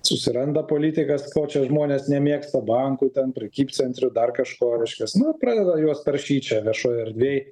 susiranda politikas ko čia žmonės nemėgsta bankų ten prekybcentrių dar kažko reiškias nu pradeda juos taršyt čia viešoj erdvėj